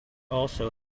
also